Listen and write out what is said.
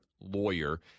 lawyer